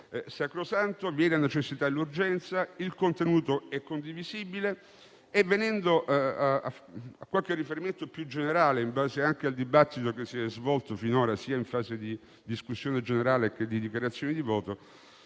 i presupposti di necessità e urgenza; il contenuto è condivisibile. Venendo a qualche riferimento più generale, in base anche al dibattito che si è svolto finora sia in fase di discussione generale che di dichiarazioni di voto,